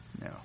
No